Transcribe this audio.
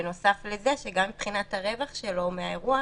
בנוסף לזה שגם מבחינת הרווח שלו מהאירוע,